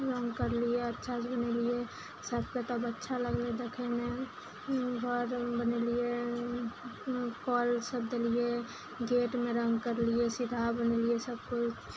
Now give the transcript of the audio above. रङ्ग करलियै अच्छासँ बनेलियै सबके तब अच्छा लागलय देखयमे घर बनेलियै कल सब देलियै गेटमे रङ्ग करलियै सीधा बनेलियै सबकिछु